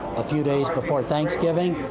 a few days before thanksgiving,